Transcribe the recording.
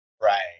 Right